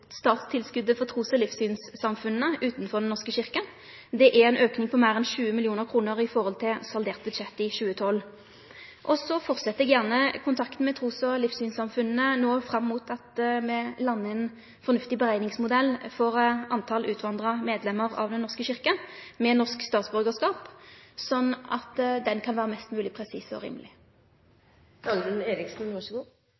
for statstilskotet til trus- og livssynssamfunna utanfor Den norske kyrkja. Det er ein auke på meir enn 20 mill. kr i forhold til saldert budsjett i 2012. Så held eg gjerne kontakten med trus- og livssynssamfunna fram til me landar ein fornuftig berekningsmodell for talet på utvandra medlemmer av Den norske kyrkja med norsk statsborgarskap, sånn at han kan vere mest mogleg presis